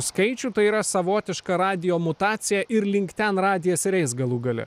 skaičių tai yra savotiška radijo mutacija ir link ten radijas ir eis galų gale